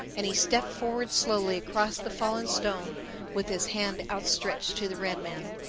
and he stepped forward slowly across the fallen stone with his hand outstretched to the red man.